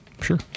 Sure